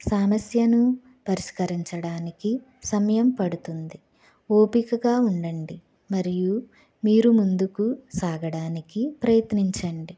సమస్యను పరిష్కరించడానికి సమయం పడుతుంది ఓపికగా ఉండండి మరియు మీరు ముందుకు సాగడానికి ప్రయత్నించండి